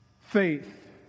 Faith